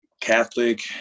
Catholic